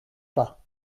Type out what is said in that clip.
pas